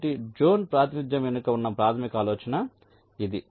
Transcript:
కాబట్టి జోన్ ప్రాతినిధ్యం వెనుక ఉన్న ప్రాథమిక ఆలోచన ఇది